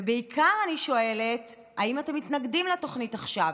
ובעיקר אני שואלת: האם אתם מתנגדים לתוכנית עכשיו?